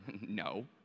No